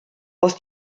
aus